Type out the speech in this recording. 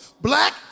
Black